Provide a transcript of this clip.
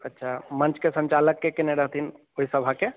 अच्छा मञ्चके सञ्चालकके कयने रहथिन ओहि सभाके